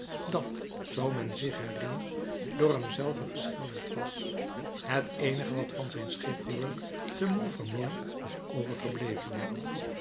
dat zoo men zich herinnert door hem zelven geschilderd was het eenige wat van zijn schipbreuk te montfermeil was overgebleven